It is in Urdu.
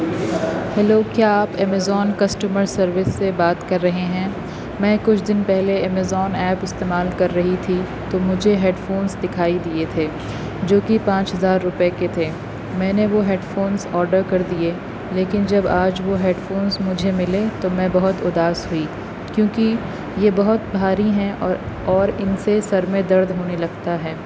ہیلو کیا آپ امازون کسٹمر سروس سے بات کر رہے ہیں میں کچھ دن پہلے امازون ایپ استعمال کر رہی تھی تو مجھے ہیڈ فونس دکھائی دیئے تھے جوکہ پانچ ہزار روپئے کے تھے میں نے وہ ہیڈ فونس آڈر کر دیئے لیکن جب آج وہ ہیڈ فونس مجھے ملے تو میں بہت اداس ہوئی کیونکہ یہ بہت بھاری ہیں اور اور ان سے سر میں درد ہونے لگتا ہے